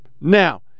Now